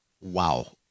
Wow